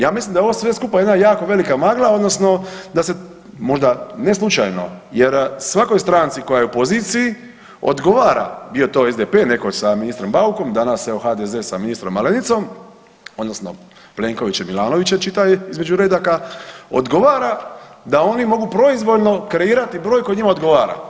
Ja mislim da je ovo sve skupa jedna jako velika magla odnosno da se možda ne slučajno jer svakoj stranci koja je u poziciji odgovara bio to SDP netko sa ministrom Baukom, danas evo HDZ sa ministrom Malenicom odnosno Plenkovićem i Milanovićem čitaj između redaka, odgovara da oni mogu proizvoljno kreirati broj koji njima odgovara.